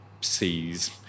sees